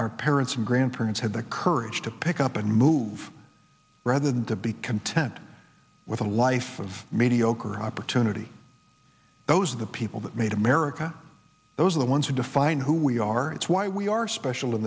our parents and grandparents had the courage to pick up and move rather than to be content with a life of mediocre opportunity those of the people that made america those are the ones who define who we are it's why we are special in